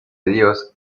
dios